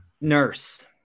Nurse